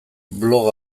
blog